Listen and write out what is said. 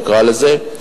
נקרא לזה.